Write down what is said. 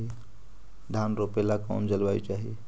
धान रोप ला कौन जलवायु चाही?